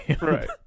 right